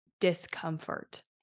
discomfort